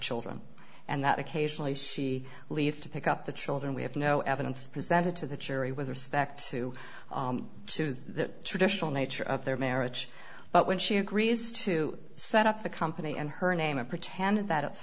children and that occasionally she leaves to pick up the children we have no evidence presented to the jury with respect to sooth the traditional nature of their marriage but when she agrees to set up the company and her name and pretend that it